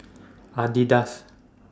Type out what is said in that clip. Adidas